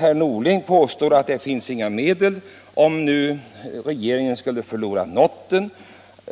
Herr Norling påstår att det inte finns några medel om regeringen skulle förlora vid lottdragningen.